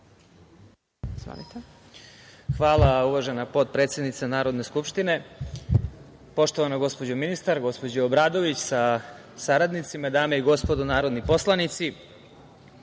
Hvala uvažena potpredsednice Narodne skupštine. Poštovana gospođo ministar, gospođo Obradović, sa saradnicima, dame i gospodo narodni poslanici,